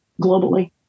globally